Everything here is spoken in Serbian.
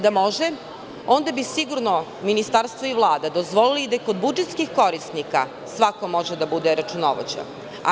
Da može, onda bi sigurno Ministarstvo i Vlada dozvolili da i kod budžetskih korisnika svako može da bude računovođa.